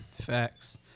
Facts